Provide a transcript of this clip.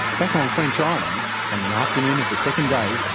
back on french island, on the afternoon of the second day,